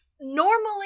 Normally